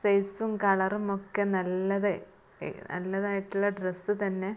സൈസും കളറുമൊക്കെ നല്ലത് നല്ലതായിട്ടുള്ള ഡ്രസ്സ് തന്നെ